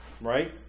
right